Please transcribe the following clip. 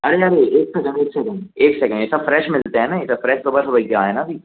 अरे यार ये एक सेकेंड एक सेकेंड एक सेकेंड ऐसे फ्रेश मिलते हैं ना ये सब फ्रेश तो बस वही से आए ना अभी